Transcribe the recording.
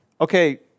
okay